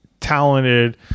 talented